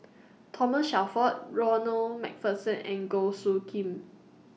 Thomas Shelford Ronald MacPherson and Goh Soo Khim